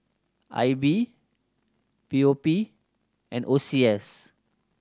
I B P O P and O C S